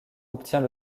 obtient